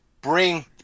bring